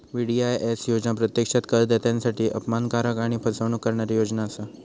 VDIS योजना प्रत्यक्षात करदात्यांसाठी अपमानकारक आणि फसवणूक करणारी योजना असा